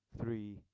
three